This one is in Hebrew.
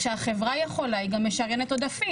כשהחברה יכולה היא גם משריינת עודפים.